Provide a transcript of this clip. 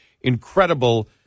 incredible